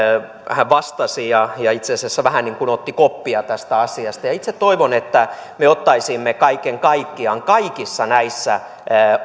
hän vastasi ja ja itse asiassa vähän otti koppia tästä asiasta itse toivon että me ottaisimme kaiken kaikkiaan kaikissa näissä